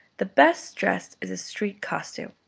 the best dress is a street costume,